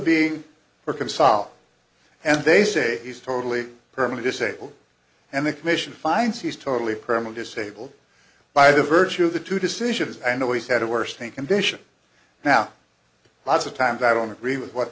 being or can solve and they say he's totally permit disabled and the commission finds he's totally premeal disabled by the virtue of the two decisions i know he's had a worsening condition now lots of times i don't agree with what